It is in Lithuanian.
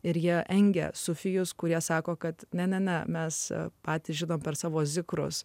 ir jie engia sufijus kurie sako kad ne ne mes patys žinome per savo zikrus